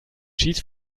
cheats